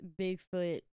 Bigfoot